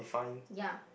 ya